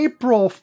April